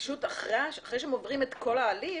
אחרי שהם עוברים את כל ההליך,